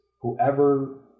whoever